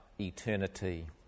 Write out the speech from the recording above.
eternity